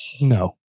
No